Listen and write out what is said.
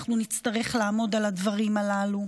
אנחנו נצטרך לעמוד על הדברים הללו.